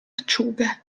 acciughe